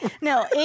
No